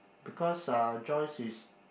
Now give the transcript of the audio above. because uh Joyce is